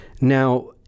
Now